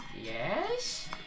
yes